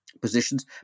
positions